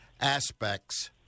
aspects